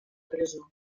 presó